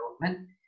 development